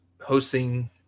hosting